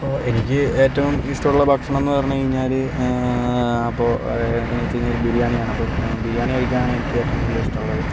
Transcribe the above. അപ്പോൾ എനിക്ക് ഏറ്റവും ഇഷ്ടമൂള്ള ഭക്ഷണമെന്ന് പറഞ്ഞ് കഴിഞ്ഞാൽ അപ്പോൾ അങ്ങനെ വെച്ച് കഴിഞ്ഞാൽ ബിരിയാണിയാണ് അപ്പം ബിരിയാണി കഴിക്കാനാണ് എനിക്ക് ഏറ്റവും കൂടുതൽ ഇഷ്ടമുള്ളത്